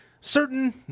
certain